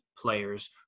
players